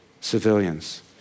civilians